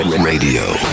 Radio